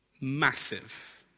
massive